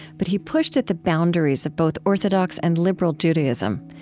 but he pushed at the boundaries of both orthodox and liberal judaism.